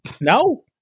No